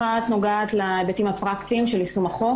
אחת נגעת להיבטים הפרקטיים של יישום החוק